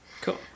Cool